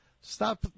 stop